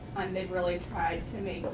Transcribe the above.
um they really tried to make